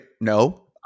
no